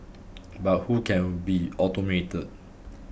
but who can be automated